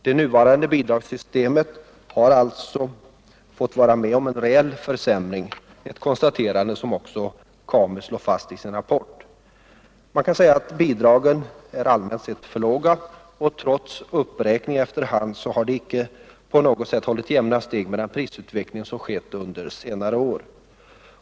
Det nuvarande bidragsystemet har alltså fått vara med om en reell försämring, ett konstaterande som också KAMU slår fast i sin rapport. Man kan säga att bidragen är allmänt sett för låga, och trots uppräkningar efter hand så har de icke på något sätt hållit jämna steg med den prisutveckling som skett under senare år.